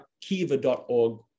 Kiva.org